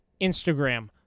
Instagram